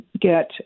get